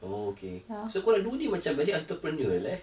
oh okay so korang dua ni macam very entrepreneur eh leh